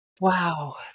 Wow